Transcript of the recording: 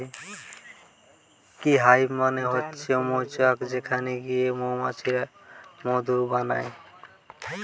bee hive মানে হচ্ছে মৌচাক যেখান থিকে মৌমাছিরা মধু বানায়